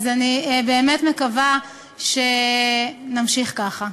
ואני באמת מקווה שנמשיך ככה.